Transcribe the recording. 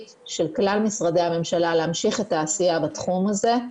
של כלל משרדי הממשלה להמשיך את העשייה בתחום הזה.